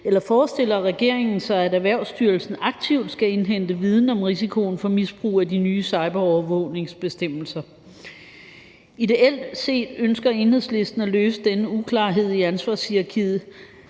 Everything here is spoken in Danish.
eller forestiller regeringen sig, at Erhvervsstyrelsen aktivt skal indhente viden om risikoen for misbrug af de nye cyberovervågningsbestemmelser? Ideelt set ønsker Enhedslisten at løse denne uklarhed om ansvarshierarkiet